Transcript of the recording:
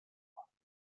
pockets